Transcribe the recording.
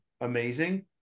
amazing